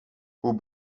hoe